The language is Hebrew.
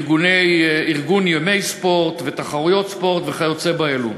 ארגון ימי ספורט ותחרויות ספורט וכיוצא באלה.